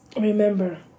Remember